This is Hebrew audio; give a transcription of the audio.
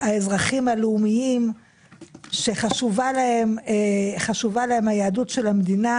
האזרחים הלאומיים שחשובה להם היהדות של המדינה